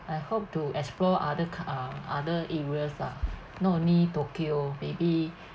I hope to explore other con~ uh other areas ah not only tokyo maybe